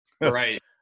Right